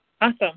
Awesome